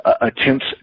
attempts